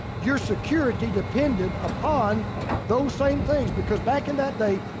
your security depended upon those same things. because back in that day,